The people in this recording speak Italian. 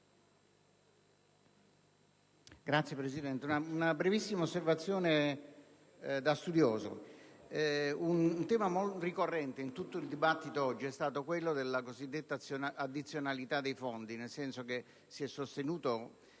Signora Presidente, una brevissima osservazione da studioso. Un tema molto ricorrente in tutto il dibattito è stato quello della cosiddetta addizionalità dei fondi, nel senso che si è sostenuto